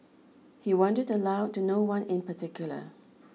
he wondered aloud to no one in particular